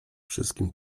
wszystkim